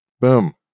Boom